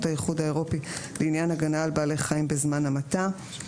האיחוד האירופי לעניין הגנה על בעלי חיים בזמן המתה.